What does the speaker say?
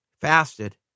fasted